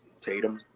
Tatum